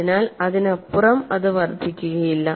എന്നാൽ അതിനപ്പുറം അത് വർദ്ധിക്കുകയില്ല